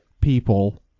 people